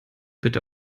bitte